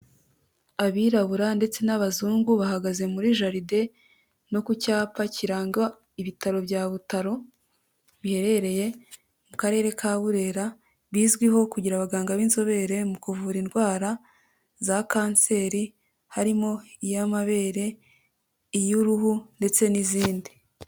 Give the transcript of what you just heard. Abirabura ndetse n'abazungu bahagaze muri jaride no ku cyapa kiranga ibitaro bya Butaro biherereye mu karere ka Burera, bizwiho kugira abaganga b'inzobere mu kuvura indwara za kanseri harimo iy'amabere, iy'uruhu ndetse n'izindi.